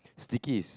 stickies